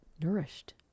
nourished